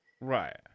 Right